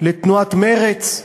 לתנועת מרצ,